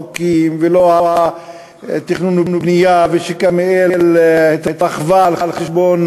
החוקים ולא של התכנון והבנייה ושכרמיאל התרחבה על חשבון